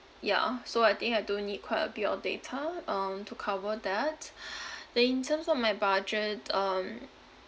yeah so I think I do need quite a bit of data um to cover that then in terms of my budget um